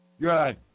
Good